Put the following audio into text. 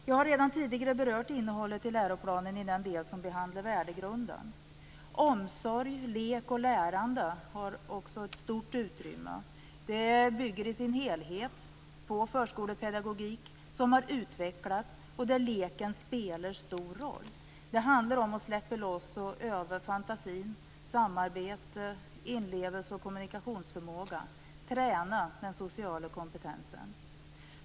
Jag har redan tidigare berört innehållet i läroplanen i den del som behandlar värdegrunden. Omsorg, lek och lärande har också ett stort utrymme. Det bygger i sin helhet på förskolepedagogik som har utvecklats och där leken spelar stor roll. Det handlar om att släppa loss och öva fantasin och om samarbete, inlevelse och kommunikationsförmåga. Det gäller att träna den sociala kompetensen.